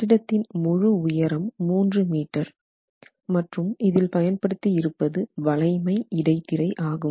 கட்டிடத்தின் முழு உயரம் 3 மீட்டர் மற்றும்இதில் பயன்படுத்தி இருப்பது வளைமை இடைத்திரை ஆகும்